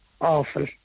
awful